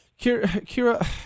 Kira